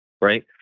Right